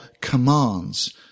commands